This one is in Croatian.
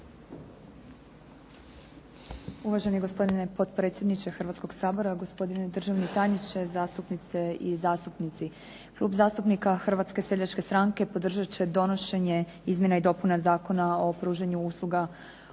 Uvaženi gospodine potpredsjedniče Hrvatskog sabora, gospodine državni tajniče, zastupnice i zastupnici. Klub zastupnika Hrvatske seljačke stranke podržat će donošenje izmjena i dopuna Zakona o pružanju usluga u